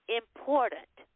important